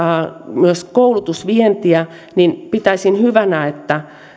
myös koulutusvientiä niin pitäisin hyvänä että